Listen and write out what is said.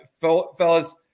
Fellas